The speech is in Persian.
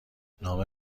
نام